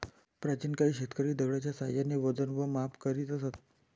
प्राचीन काळी शेतकरी दगडाच्या साहाय्याने वजन व माप करीत असत